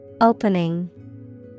Opening